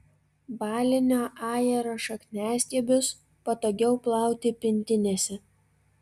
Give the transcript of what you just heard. balinio ajero šakniastiebius patogiau plauti pintinėse